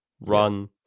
run